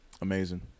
Amazing